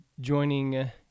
joining